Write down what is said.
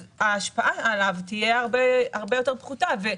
כאשר אדם מקבל על זה החזר אז ההשפעה עליו תהיה פחותה בהרבה.